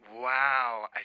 Wow